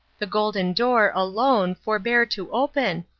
the golden door, alone, forbear to open,